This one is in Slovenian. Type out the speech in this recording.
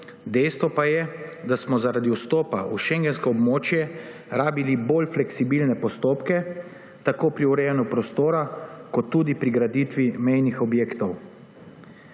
dejstvo pa je, da smo zaradi vstopa v šengensko območje rabili bolj fleksibilne postopke tako pri urejanju prostora kot tudi pri graditvi mejnih objektov.